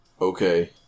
Okay